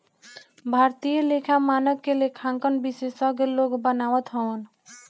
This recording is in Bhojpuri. भारतीय लेखा मानक के लेखांकन विशेषज्ञ लोग बनावत हवन